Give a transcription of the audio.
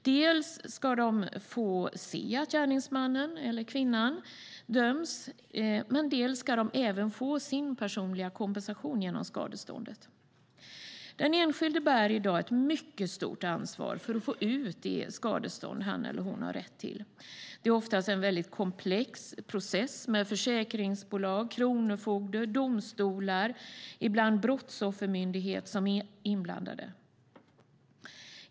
De ska dels få se att gärningsmannen eller kvinnan döms, dels få sin personliga kompensation genom skadeståndet. Den enskilde bär i dag ett mycket stort ansvar för att få ut det skadestånd han eller hon har rätt till. Det är ofta en mycket komplex process med försäkringsbolag, kronofogde, domstolar och ibland Brottsoffermyndigheten inblandade.